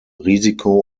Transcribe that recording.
risiko